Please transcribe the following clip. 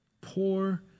poor